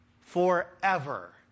forever